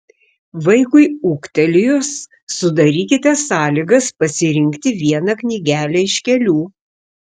vaikui ūgtelėjus sudarykite sąlygas pasirinkti vieną knygelę iš kelių